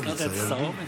הזכרת את השר הורביץ?